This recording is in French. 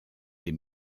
des